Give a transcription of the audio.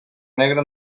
negra